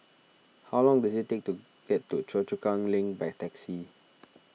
how long does it take to get to Choa Chu Kang Link by taxi